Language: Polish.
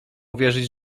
uwierzyć